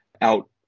out